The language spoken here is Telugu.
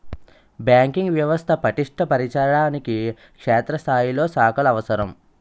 బ్యాంకింగ్ వ్యవస్థ పటిష్ట పరచడానికి క్షేత్రస్థాయిలో శాఖలు అవసరం